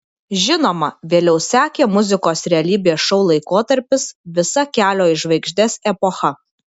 žinoma vėliau sekė muzikos realybės šou laikotarpis visa kelio į žvaigždes epocha